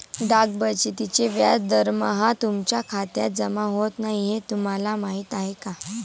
डाक बचतीचे व्याज दरमहा तुमच्या खात्यात जमा होत नाही हे तुम्हाला माहीत आहे का?